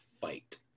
fight